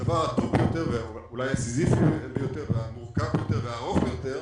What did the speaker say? הדבר הטוב ביותר ואולי הסיזיפי ביותר והמורכב ביותר והארוך ביותר,